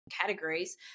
categories